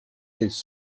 his